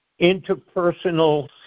interpersonal